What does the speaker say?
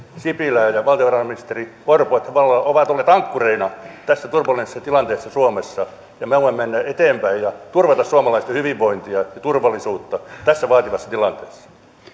sipilää ja ja valtiovarainministeri orpoa että tavallaan he ovat olleet ankkureina tässä turbulenssitilanteessa suomessa ja me voimme mennä eteenpäin ja turvata suomalaisten hyvinvointia ja turvallisuutta tässä vaativassa tilanteessa